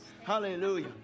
Hallelujah